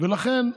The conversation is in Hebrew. לכן,